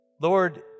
Lord